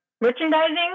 merchandising